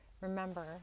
remember